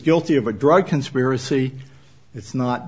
guilty of a drug conspiracy it's not